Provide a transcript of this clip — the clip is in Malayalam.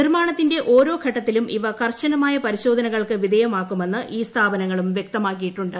നിർമ്മാണത്തിന്റെ ഓരോ ഘട്ടത്തിലും ഇവ കർശനമായ പരിശോധനകൾക്ക് വിധേയമാക്കുമെന്ന് ഈ സ്ഥാപനങ്ങളും വ്യക്തമാക്കിയിട്ടുണ്ട്